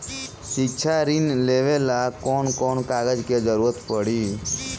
शिक्षा ऋण लेवेला कौन कौन कागज के जरुरत पड़ी?